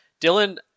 Dylan